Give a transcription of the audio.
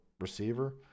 receiver